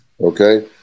Okay